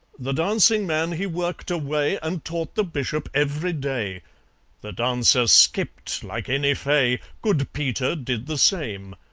the dancing man he worked away, and taught the bishop every day the dancer skipped like any fay good peter did the same.